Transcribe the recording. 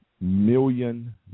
million